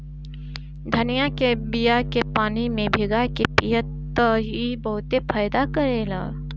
धनिया के बिया के पानी में भीगा के पिय त ई बहुते फायदा करेला